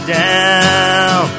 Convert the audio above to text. down